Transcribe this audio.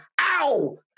ow